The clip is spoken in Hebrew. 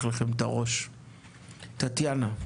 טטיאנה.